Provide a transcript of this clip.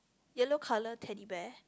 yellow colour Teddy Bear